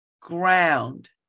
Ground